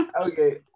okay